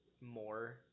more